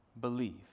believe